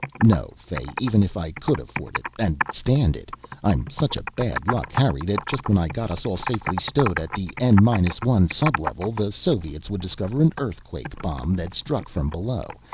no, fay, even if i could afford it and stand it i'm such a bad-luck harry that just when i got us all safely stowed at the n minus one sublevel, the soviets would discover an earthquake bomb that struck from below,